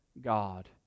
God